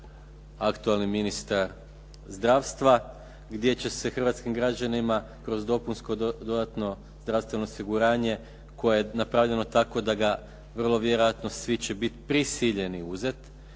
aktualni ministar zdravstva, gdje će se hrvatskim građanima kroz dopunsko dodatno zdravstveno osiguranje koje je napravljeno tako da ga vrlo vjerojatno svi će biti prisiljeni uzeti.